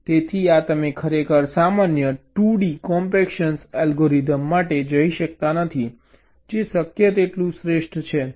તેથી તમે ખરેખર સામાન્ય 2d કોમ્પેક્શન અલ્ગોરિધમ માટે જઈ શકતા નથી જે શક્ય તેટલું શ્રેષ્ઠ છે